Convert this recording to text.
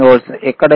ఇక్కడ ఇది 5